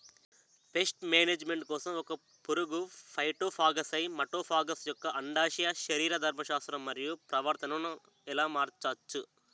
Paste management కోసం ఒక పురుగు ఫైటోఫాగస్హె మటోఫాగస్ యెక్క అండాశయ శరీరధర్మ శాస్త్రం మరియు ప్రవర్తనను ఎలా మార్చచ్చు?